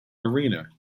arena